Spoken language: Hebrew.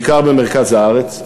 בעיקר במרכז הארץ,